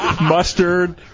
mustard